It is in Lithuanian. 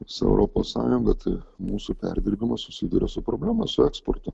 su europos sąjunga tai mūsų perdirbimo susiduria su problema su eksportu